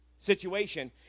situation